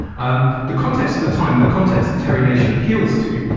and the context of the time and the context that terry nation appeals to,